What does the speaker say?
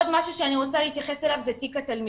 עוד משהו שאני רוצה להתייחס אליו הוא תיק התלמיד,